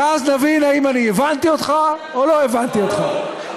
ואז נבין האם אני הבנתי אותך או לא הבנתי אותך.